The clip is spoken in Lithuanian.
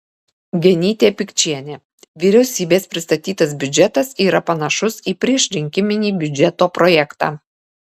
genytė pikčienė vyriausybės pristatytas biudžetas yra panašus į priešrinkiminį biudžeto projektą